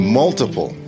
multiple